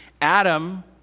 Adam